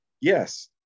yes